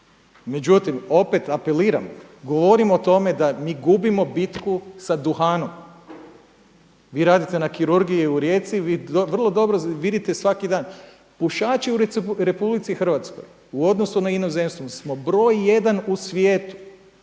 Međutim, opet apeliram, govorim o tome da mi gubimo bitku sa duhanom. Vi radite na kirurgiji u Rijeci, vi vrlo dobro vidite svaki dan, pušači u RH u odnosu na inozemstvo smo broj 1 u svijetu